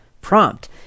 prompt